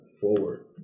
forward